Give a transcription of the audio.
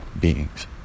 beings